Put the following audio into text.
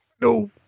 No